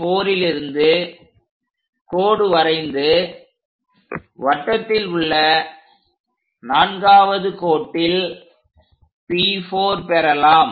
P4லிருந்து கோடு வரைந்து வட்டத்தில் உள்ள 4வது கோட்டில் P4ஐ பெறலாம்